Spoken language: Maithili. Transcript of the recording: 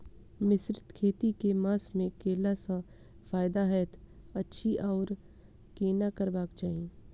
मिश्रित खेती केँ मास मे कैला सँ फायदा हएत अछि आओर केना करबाक चाहि?